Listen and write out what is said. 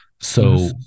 So-